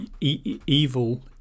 evil